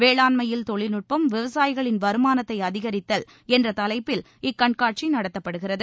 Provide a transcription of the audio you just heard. வேளாண்மையில் தொழில்நுட்பம் விவசாயிகளின் வருமானத்தை அதிகரித்தல் என்ற தலைப்பில் இக்கண்காட்சி நடத்தப்படுகிறது